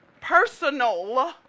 personal